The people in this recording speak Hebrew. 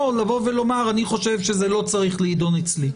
לבוא ולומר: אני חושב שזה לא צריך להידון אצלי.